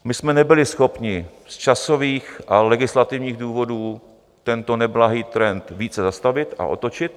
My jsme nebyli schopni z časových a legislativních důvodů tento neblahý trend více zastavit a otočit.